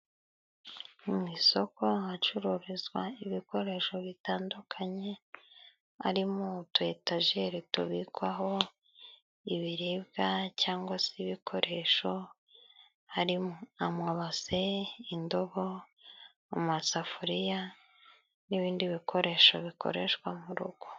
Mu isoko ahacururizwa ibikoresho bitandukanye harimo utu etajeri tubikwaho ibiribwa cyangwa se ibikoresho harimo amabase, indobo, amasafuriya n'ibindi bikoresho bikoreshwa mu rugo.